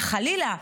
חלילה,